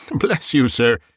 and bless you, sir!